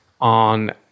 on